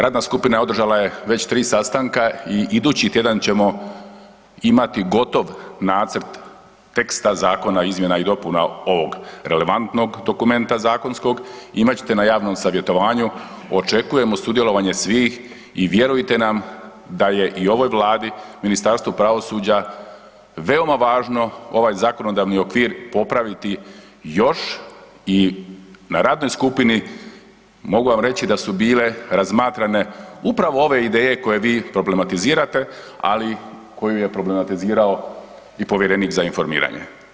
Radna skupina održala je već 3 sastanka i idući tjedan ćemo imat gotovo nacrt teksta zakona izmjena i dopuna ovog relevantnog dokumenta zakonskog, imat ćete na javnom savjetovanju, očekujemo sudjelovanje svih i vjerujte nam da je i ovoj Vladi Ministarstvo pravosuđa veoma važno ovaj zakonodavni okvir popraviti još i na radnoj skupini mogu vam reći da su bile razmatrane upravo ove ideje koje vi problematizirate ali koju je problematizirao i povjerenik za informiranje.